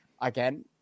again